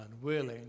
unwilling